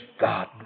God